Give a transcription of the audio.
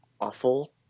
awful